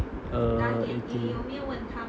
uh eighty